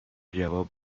جواب